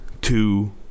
two